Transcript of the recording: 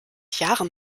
jahren